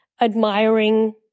admiring